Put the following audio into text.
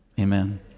amen